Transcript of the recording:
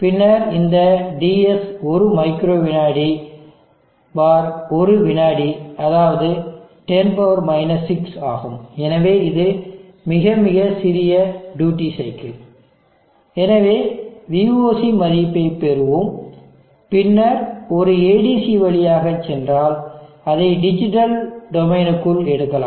பின்னர் இந்த ds ஒரு மைக்ரோ விநாடி ஒரு விநாடி அதாவது 10 6 ஆகும் எனவே இது மிக மிகச் சிறிய டியூட்டி சைக்கிள் எனவே voc மதிப்பைப் பெறுவோம் பின்னர் ஒரு ADC வழியாகச் சென்றால் அதை டிஜிட்டல் டொமைன் க்குள் எடுக்கலாம்